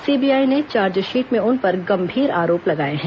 CBI ने charge sheet में उन पर गंभीर आरोप लगाए गए हैं